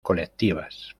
colectivas